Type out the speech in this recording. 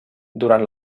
durant